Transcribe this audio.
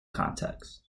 context